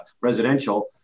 residential